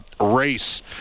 race